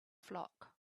flock